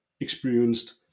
experienced